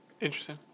Interesting